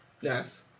Yes